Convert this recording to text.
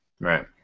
Right